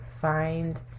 find